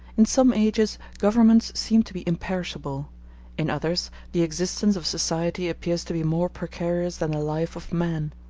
in some ages governments seem to be imperishable in others, the existence of society appears to be more precarious than the life of man.